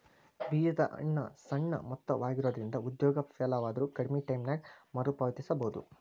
ಬೇಜದ ಹಣ ಸಣ್ಣ ಮೊತ್ತವಾಗಿರೊಂದ್ರಿಂದ ಉದ್ಯೋಗ ವಿಫಲವಾದ್ರು ಕಡ್ಮಿ ಟೈಮಿನ್ಯಾಗ ಮರುಪಾವತಿಸಬೋದು